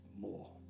more